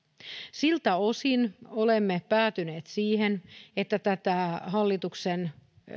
siltä osin olemme päätyneet siihen että tätä hallituksen